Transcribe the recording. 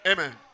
Amen